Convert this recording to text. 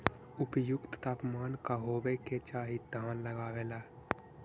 उपयुक्त तापमान का होबे के चाही धान लगावे ला?